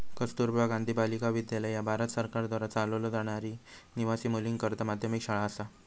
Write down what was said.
कस्तुरबा गांधी बालिका विद्यालय ह्या भारत सरकारद्वारा चालवलो जाणारी निवासी मुलींकरता माध्यमिक शाळा असा